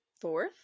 Fourth